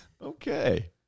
Okay